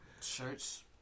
Shirts